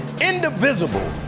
indivisible